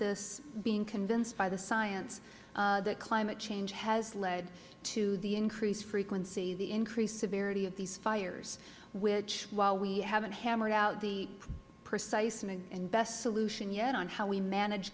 this being convinced by the science that climate change has led to the increased frequency the increased severity of these fires which while we haven't hammered out the precise and best solution yet on how we manage